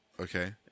Okay